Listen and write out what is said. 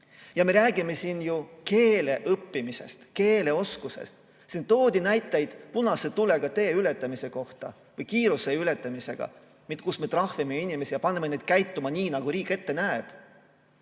Me räägime siin ju keele õppimisest, keeleoskusest. Siin toodi näiteid punase tulega tee ületamise kohta või kiiruseületamise kohta, kui me trahvime inimesi ja paneme neid käituma nii, nagu riik ette näeb.